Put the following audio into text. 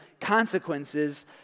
consequences